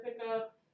pickup